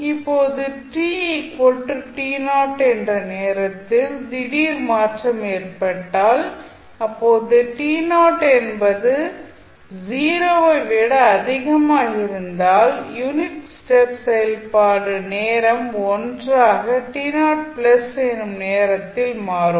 இப்போது என்ற நேரத்தில் திடீர் மாற்றம் ஏற்பட்டால் அப்போது என்பது 0 ஐ விட அதிகமாக இருந்தால் யூனிட் ஸ்டெப் செயல்பாடு நேரம் 1 ஆக எனும் நேரத்தில் மாறும்